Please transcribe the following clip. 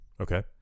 Okay